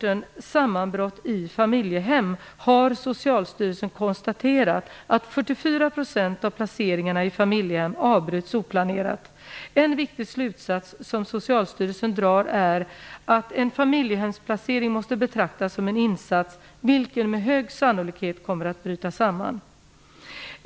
En viktig slutsats som Socialstyrelsen drar är att "en familjehemsplacering måste betraktas som en insats, vilken med hög sannolikhet kommer att bryta samman".